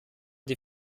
die